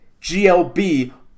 GLB